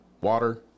water